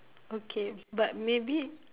okay but maybe